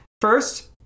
First